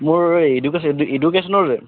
মোৰ education edu এডুকেশ্যনৰ যে